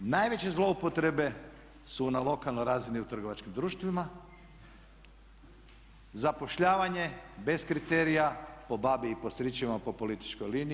Najveće zloupotrebe su na lokalnoj razini u trgovačkim društvima, zapošljavanje bez kriterija po babi i po stričevima, po političkoj liniji.